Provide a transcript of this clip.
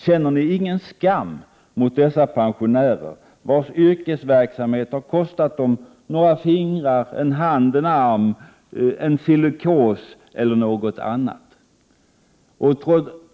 Känner ni ingen skam mot dessa pensionärer, vars yrkesverksamhet kostat dem några fingrar, en hand, en arm, givit dem silikos eller något annat men?